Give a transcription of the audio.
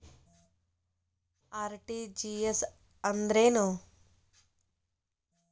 RTGS ಅಂದ್ರೇನು?